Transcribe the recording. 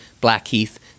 Blackheath